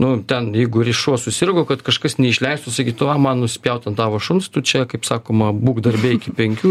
nu ten jeigu ir šuo susirgo kad kažkas neišleistų sakytų man nusispjaut ant tavo šuns tu čia kaip sakoma būk darbe iki penkių